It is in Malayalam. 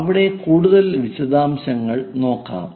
അവിടെ കൂടുതൽ വിശദാംശങ്ങൾ നോക്കാം